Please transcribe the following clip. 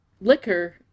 Liquor